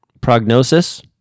Prognosis